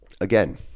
again